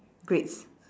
grades